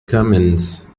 cummins